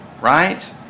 right